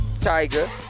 Tiger